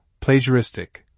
plagiaristic